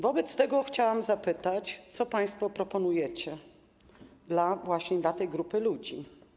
Wobec tego chciałam zapytać, co państwo proponujecie właśnie dla tej grupy ludzi.